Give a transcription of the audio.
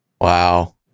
Wow